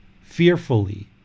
fearfully